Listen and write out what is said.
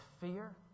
fear